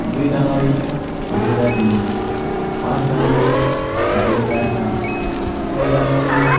দুই জানুৱাৰী দুহেজাৰ তিনি পাঁচ জানুৱাৰী দুহেজাৰ সাত ছয় জানুৱাৰী